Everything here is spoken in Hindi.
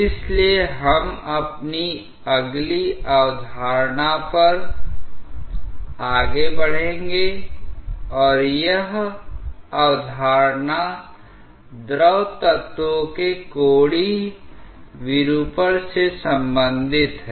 इसलिए हम अपनी अगली अवधारणा पर आगे बढ़ेंगे और यह अवधारणा द्रव तत्वों के कोणीय विरूपण से संबंधित है